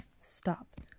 Stop